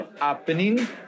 happening